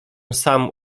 sam